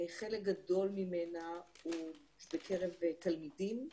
חלק גדול ממנה הוא בקרב תלמידים,